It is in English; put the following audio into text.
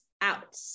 out